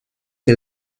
que